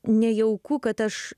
nejauku kad aš